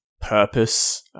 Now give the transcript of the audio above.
purpose